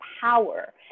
power